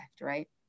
Right